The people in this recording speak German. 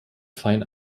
fine